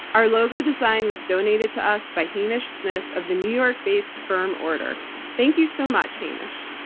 our logo design was donated to us by hamish smyth of the new york based firm, order. thank you so much, hamish.